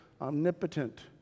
omnipotent